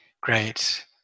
great